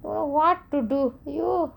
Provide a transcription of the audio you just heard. well what to do you